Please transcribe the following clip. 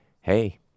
hey